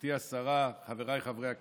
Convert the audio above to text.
גברתי השרה, חבריי חברי הכנסת,